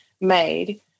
made